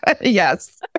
Yes